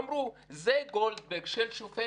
אמרו: זה דוח של שופט.